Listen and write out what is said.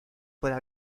puede